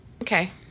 Okay